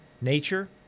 nature